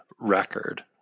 record